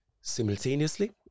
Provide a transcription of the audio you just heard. simultaneously